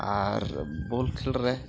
ᱟᱨ ball ᱠᱷᱮᱞ ᱨᱮ